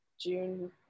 June